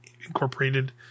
incorporated